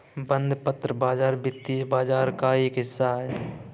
बंधपत्र बाज़ार वित्तीय बाज़ार का एक हिस्सा है